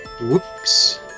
Whoops